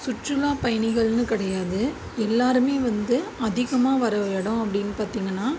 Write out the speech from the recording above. சுற்றுலா பயணிகள்னு கிடையாது எல்லாருமே வந்து அதிகமாக வர இடம் அப்படின்னு பார்த்திங்கனா